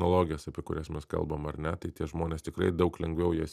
nologijos apie kurias mes kalbam ar ne tai tie žmonės tikrai daug lengviau jas